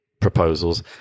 proposals